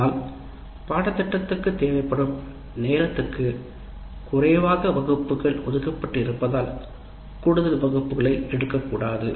ஆனால் பாட திட்டத்திற்கு தேவைப்படும் நேரத்திற்கு குறைவாக வகுப்புகள் ஒதுக்கப்பட்டு இருப்பதால் கூடுதல் வகுப்புகளை எடுக்க கூடாது